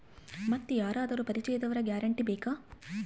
ಮತ್ತೆ ಯಾರಾದರೂ ಪರಿಚಯದವರ ಗ್ಯಾರಂಟಿ ಬೇಕಾ?